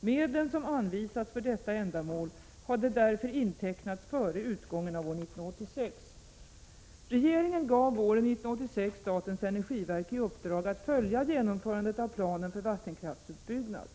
Medlen som anvisats för detta ändamål hade därför intecknats före utgången av år 1986. Regeringen gav våren 1986 statens energiverk i uppdrag att följa genomförandet av planen för vattenkraftsutbyggnad.